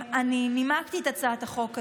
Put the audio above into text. אני נימקתי את הצעת החוק הזו,